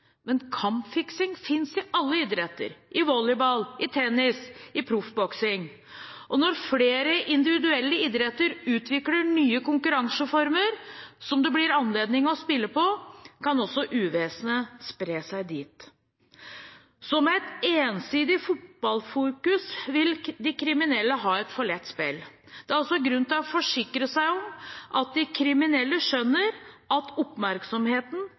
Men kampfiksing finnes i alle idretter – i volleyball, i tennis og i proffboksing. Og når flere individuelle idretter utvikler nye konkurranseformer som det blir anledning til å spille på, kan også uvesenet spre seg dit. Så med et ensidig fotballfokus vil de kriminelle ha et for lett spill. Det er altså grunn til å forsikre seg om at de kriminelle skjønner at oppmerksomheten